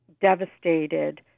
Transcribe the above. devastated